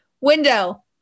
window